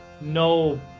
No